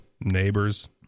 neighbors